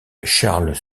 charles